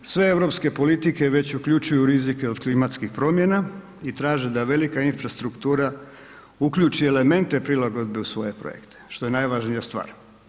I zaključno, sve europske politike već uključuju rizike od klimatskih promjena i traže da velika infrastruktura uključi elemente prilagodbe u svoje projekte, što je najvažnija stvar.